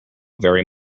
very